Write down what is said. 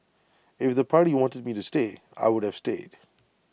if the party wanted me to stay I would have stayed